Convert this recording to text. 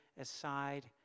aside